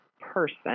person